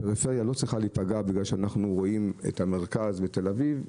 הפריפריה לא צריכה להיפגע בגלל שאנחנו רואים רק את המרכז ואת תל אביב.